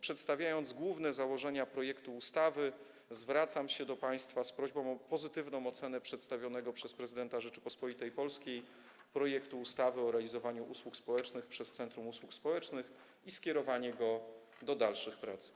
Przedstawiając główne założenia projektu ustawy, zwracam się do państwa z prośbą o pozytywną ocenę przedstawionego przez prezydenta Rzeczypospolitej Polskiej projektu ustawy o realizowaniu usług społecznych przez centrum usług społecznych i skierowanie go do dalszych prac.